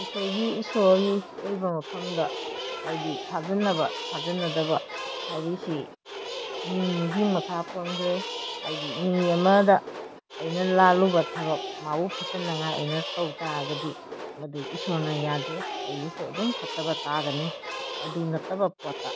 ꯑꯩꯈꯣꯏꯒꯤ ꯏꯁꯣꯔꯒꯤ ꯑꯣꯏꯕ ꯃꯐꯝꯗ ꯍꯥꯏꯗꯤ ꯊꯥꯖꯟꯅꯕ ꯊꯥꯖꯟꯅꯗꯕ ꯍꯥꯏꯔꯤꯁꯤ ꯃꯤ ꯃꯤꯒꯤ ꯃꯈꯥ ꯄꯣꯟꯈ꯭ꯔꯦ ꯍꯥꯏꯗꯤ ꯃꯤ ꯑꯃꯗ ꯑꯩꯅ ꯂꯥꯜꯂꯨꯕ ꯊꯕꯛ ꯃꯥꯕꯨ ꯐꯠꯇꯅꯉꯥꯏ ꯑꯩꯅ ꯇꯧ ꯇꯥꯔꯒꯗꯤ ꯃꯗꯨ ꯏꯁꯣꯔꯅ ꯌꯥꯗꯦ ꯑꯩꯕꯨꯁꯨ ꯑꯗꯨꯝ ꯐꯠꯇꯕ ꯇꯥꯒꯅꯤ ꯑꯗꯨ ꯅꯠꯇꯕ ꯄꯣꯠꯇ